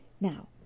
Now